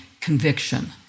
conviction